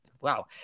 wow